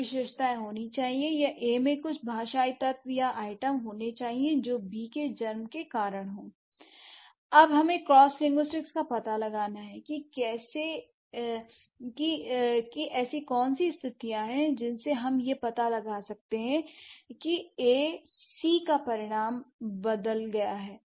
कुछ विशेषताएं होनी चाहिए या ए में कुछ भाषाई तत्व या आइटम होने चाहिए जो बी के जन्म का कारण हो l अब हमें क्रॉसलिंगुस्टिक का पता लगाना है कि ऐसी कौन सी स्थितियां हैं जिनसे हम यह पता लगा सकते हैं कि A C का परिणाम बदल गया है